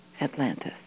Atlantis